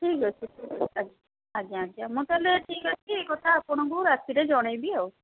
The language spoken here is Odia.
ଠିକ୍ ଅଛି ଆଜ୍ଞା ଆଜ୍ଞା ଆଜ୍ଞା ମୁଁ ତା'ହେଲେ ଠିକ୍ ଅଛି ଏଇ କଥା ଆପଣଙ୍କୁ ରାତିରେ ଜଣାଇବି ଆଉ